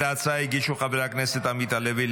את ההצעה הגישו חברי הכנסת עמית הלוי,